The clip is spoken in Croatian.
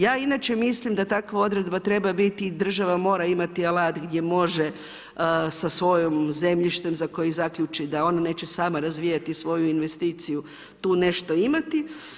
Ja inače mislim da takva odredba treba biti i država mora imati alat gdje može sa svojom zemljištem za koji zaključiti da on neće sama razvijati svoju investiciju tu nešto imati.